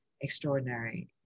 extraordinary